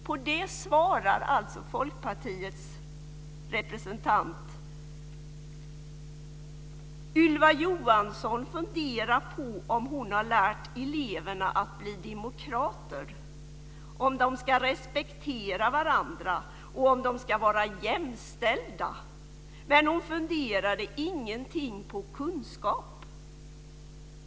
På det svarar Folkpartiets representant: "Hon", alltså Ylva Johansson, "funderade på om hon har lärt eleverna att bli demokrater, om de skall respektera varandra och om de skall vara jämställda. Men hon funderade ingenting på kunskap.